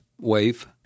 wave